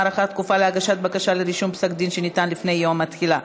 הארכת התקופה להגשת בקשה לרישום פסק דין שניתן לפני יום התחילה),